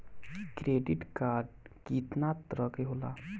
Credit card कितना तरह के होला?